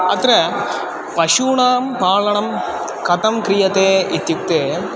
अत्र पशूनां पालनं कृतं क्रियते इत्युक्ते